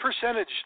percentage